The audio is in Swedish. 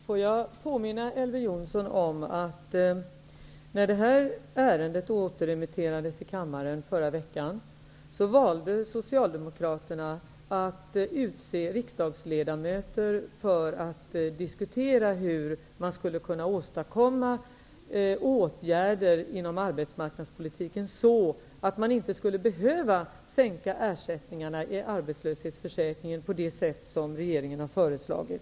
Låt mig påminna Elver Jonsson om att när det här ärendet återremitterades från kammaren i förra veckan valde Socialdemokraterna att utse riksdagsledamöter för att diskutera hur man skulle kunna åstadkomma sådana åtgärder inom arbetsmarknadspolitiken att man inte skulle behöva sänka ersättningarna i arbetslöshetsförsäkringen på det sätt som regeringen har föreslagit.